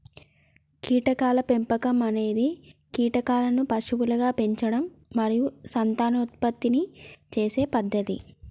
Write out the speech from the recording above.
కీటకాల పెంపకం అనేది కీటకాలను పశువులుగా పెంచడం మరియు సంతానోత్పత్తి చేసే పద్ధతి